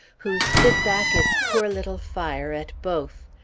who spit back its poor little fire at both.